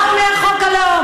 ענת, מה אומר חוק הלאום?